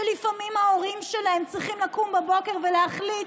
שלפעמים ההורים שלהם צריכים לקום בבוקר ולהחליט: